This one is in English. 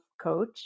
coach